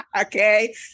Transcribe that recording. Okay